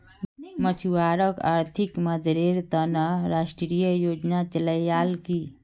मछुवारॉक आर्थिक मददेर त न राष्ट्रीय योजना चलैयाल की